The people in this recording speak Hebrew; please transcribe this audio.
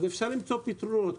אז אפשר למצוא פתרונות,